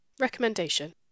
Recommendation